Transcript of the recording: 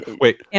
wait